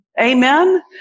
Amen